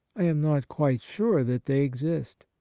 i am not quite sure that they exist.